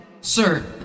Sir